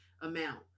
amount